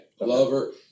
lover